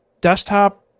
desktop